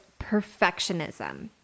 perfectionism